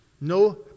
No